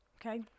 Okay